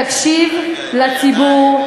תקשיב לציבור,